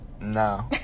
No